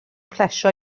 plesio